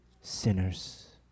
sinners